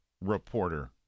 reporter